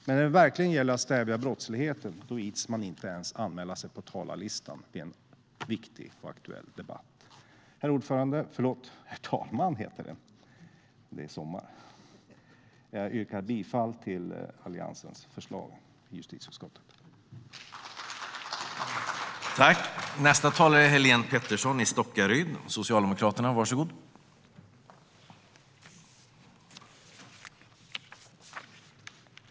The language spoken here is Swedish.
Men när det verkligen gäller att stävja brottsligheten ids man inte ens anmäla sig till talarlistan i en viktig och aktuell debatt. Herr talman! Jag yrkar bifall till Alliansens förslag i justitieutskottets betänkande.